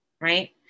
right